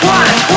one